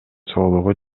соолугу